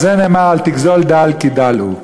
על זה נאמר: "אל תגזל דל כי דל הוא".